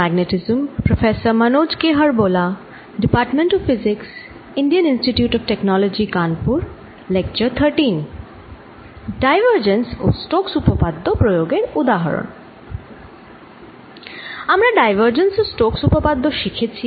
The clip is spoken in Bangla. আমরা ডাইভারজেন্স ও স্টোক্স উপপাদ্য Divergence and Stokes' theorem শিখেছি